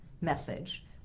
message